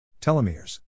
Telomeres